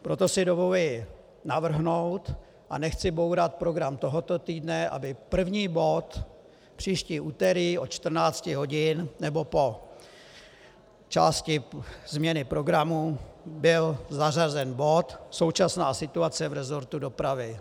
Proto si dovoluji navrhnout, a nechci bourat program tohoto týdne, aby jako první bod příští úterý od 14 hodin, nebo po části změny programu, byl zařazen bod Současná situace v resortu dopravy.